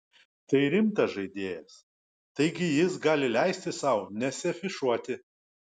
tai rimtas žaidėjas taigi jis gali leisti sau nesiafišuoti